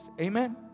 amen